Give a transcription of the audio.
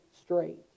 straight